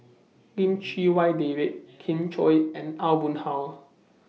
Lim Chee Wai David Kin Chui and Aw Boon Haw